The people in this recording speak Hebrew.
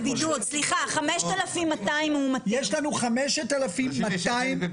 לא כמה מאומתים, כמה ילדים בבידוד?